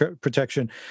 protection